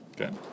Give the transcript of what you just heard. Okay